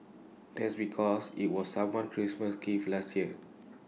that's because IT was someone Christmas gift last year